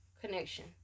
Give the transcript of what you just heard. connection